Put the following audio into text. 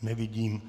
Nevidím.